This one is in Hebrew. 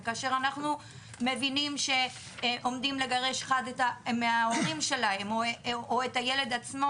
כאשר אנחנו מבינים שעומדים לגרש את אחד מההורים שלהם או את הילד עצמו,